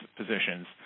positions